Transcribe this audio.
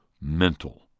mental